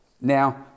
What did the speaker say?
Now